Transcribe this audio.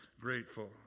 grateful